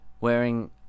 wearing